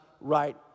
right